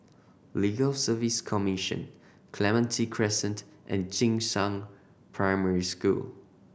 Legal Service Commission Clementi Crescent and Jing Shan Primary School